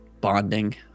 bonding